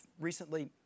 recently